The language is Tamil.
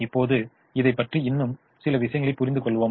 இப்போது இதைப் பற்றி இன்னும் சில விஷயங்களைப் புரிந்துகொள்வோ மா